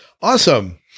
awesome